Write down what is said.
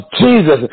Jesus